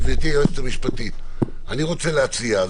גברתי היועצת המשפטית, אני רוצה להציע.